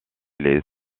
les